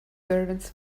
servants